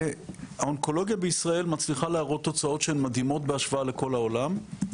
האונקולוגיה בישראל מצליחה להראות תוצאות מדהימות בהשוואה לכל העולם,